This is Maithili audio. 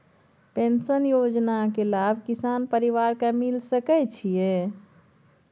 पेंशन योजना के लाभ किसान परिवार के मिल सके छिए?